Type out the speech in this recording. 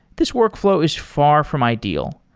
this workflow is far from ideal.